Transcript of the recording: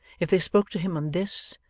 if they spoke to him on this,